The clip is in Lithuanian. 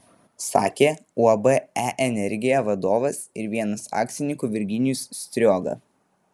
sakė uab e energija vadovas ir vienas akcininkų virginijus strioga